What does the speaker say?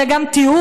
לתת לזה גם תיעוד,